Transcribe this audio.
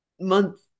month